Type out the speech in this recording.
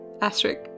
asterisk